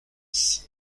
six